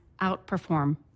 outperform